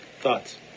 Thoughts